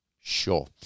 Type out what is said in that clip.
Sure